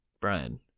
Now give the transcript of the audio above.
Brian